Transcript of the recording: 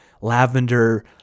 lavender